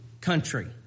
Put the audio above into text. country